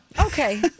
Okay